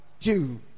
two